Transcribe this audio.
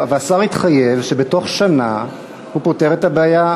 והשר התחייב שבתוך שנה הוא פותר את הבעיה במלואה.